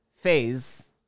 phase